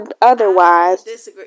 otherwise